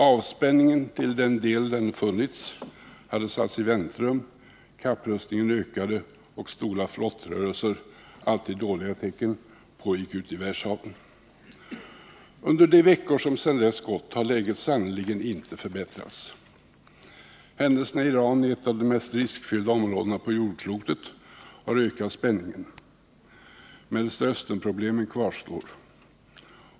Avspänningen, till den del den funnits, hade satts i väntrum, kapprustningen ökade och stora flottrörelser — alltid dåliga tecken — pågick ute på världshaven. Under de veckor som sedan dess gått har läget sannerligen inte förbättrats. Händelserna i Iran, i ett av de mest riskfyllda områdena på jordklotet, har ökat spänningen, Mellersta Östern-problemen kvarstår.